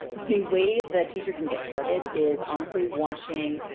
the way that teacher can get started is honestly watching,